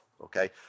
okay